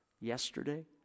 yesterday